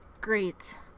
great